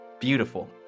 Beautiful